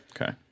Okay